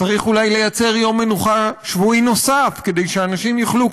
צריך אולי לייצר יום מנוחה שבועי נוסף כדי שאנשים כן יוכלו,